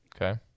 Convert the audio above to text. Okay